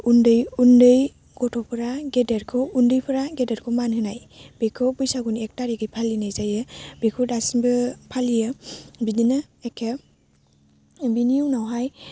उन्दै उन्दै गथ'फोरा गेदेरखौ उन्दैफोरा गेदेरखौ मान होनाय बेखौ बैसागुनि एक थारिगै फालिनाय जायो बेखौ दासिमबो फालियो बिदिनो एके बेनि उनावहाय